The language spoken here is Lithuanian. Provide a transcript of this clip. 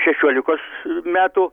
šešiolikos metų